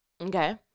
Okay